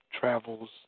travels